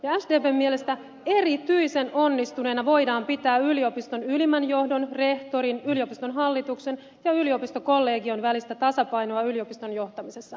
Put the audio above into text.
sdpn mielestä erityisen onnistuneena voidaan pitää yliopiston ylimmän johdon rehtorin yliopiston hallituksen ja yliopistokollegion välistä tasapainoa yliopiston johtamisessa